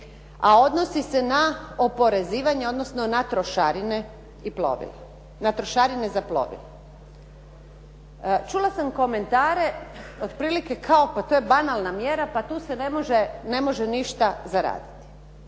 a odnosi se na oporezivanje odnosno na trošarine i plovila, na trošarine za plovila. Čula sam komentare otprilike kao pa to je banalna mjera, pa tu se ne može ništa zaraditi.